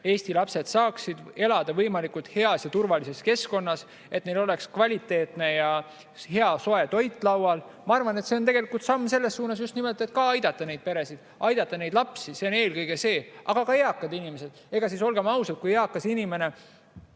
Eesti lapsed saaksid elada võimalikult heas ja turvalises keskkonnas, et neil oleks kvaliteetne ja hea soe toit laual. Ma arvan, et see on just nimelt samm selles suunas, et ka aidata neid peresid, aidata neid lapsi, see on eelkõige see. Aga ka eakad inimesed. Olgem ausad, eakale inimesele,